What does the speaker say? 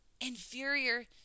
inferior